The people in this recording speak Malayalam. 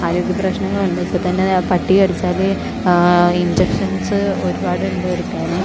ആരോഗ്യ പ്രശ്നങ്ങൾ ഉണ്ട് ഇപ്പോൾ തന്നെ ദേ പട്ടി കടിച്ചാല് ഇൻജെക്ഷൻസ് ഒരുപാടുണ്ട് എടുക്കാന്